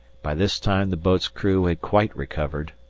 by this time the boat's crew had quite recovered,